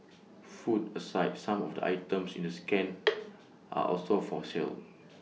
food aside some of the items in the scan are also for sale